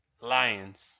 lions